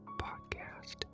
Podcast